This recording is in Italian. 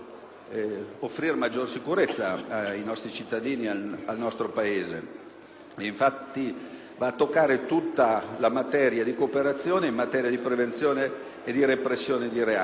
offrire maggiore sicurezza ai nostri cittadini e al nostro Paese. Infatti, va ad incidere su tutta la materia della cooperazione in tema di prevenzione e di repressione dei reati.